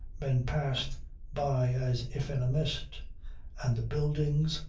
men passed by as if in a mist and the buildings,